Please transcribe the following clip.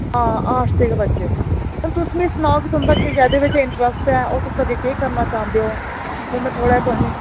हां आर्ट्स दे गै बच्चे हून तुस मिकी सनाओ की तुं'दा केह्दे बिच इंटरैस्ट ऐ और तुस अग्गें केह् करना चाह्नदे ओ ते में थोह्ड़ा तुसें